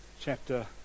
chapter